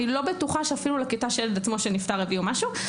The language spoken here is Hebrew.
אני לא בטוחה שאפילו לכיתה של הילד עצמו שנפטר הביאו משהו,